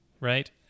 right